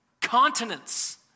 continents